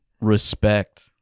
Respect